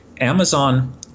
Amazon